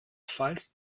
pfalz